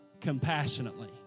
compassionately